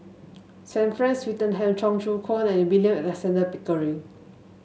Sir Frank Swettenham Cheong Choong Kong and William Alexander Pickering